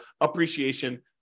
appreciation